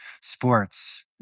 sports